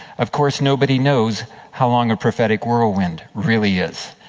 of course, nobody knows how long a prophetic whirlwind really is.